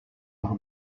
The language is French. par